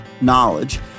knowledge